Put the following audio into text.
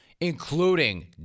including